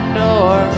door